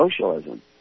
socialism